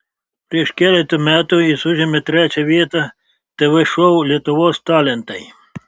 prieš keletą metų jis užėmė trečią vietą tv šou lietuvos talentai